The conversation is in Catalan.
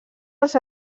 els